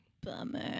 Bummer